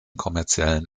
kommerziellen